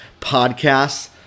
podcasts